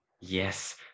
yes